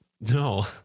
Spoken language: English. No